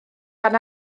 gan